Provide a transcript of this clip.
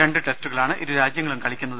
രണ്ട് ടെസ്റ്റുകളാണ് ഇരു രാജ്യങ്ങളും കളിക്കുക